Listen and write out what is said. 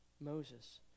Moses